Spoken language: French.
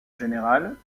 générale